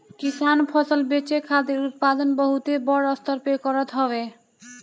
किसान फसल बेचे खातिर उत्पादन बहुते बड़ स्तर पे करत हवे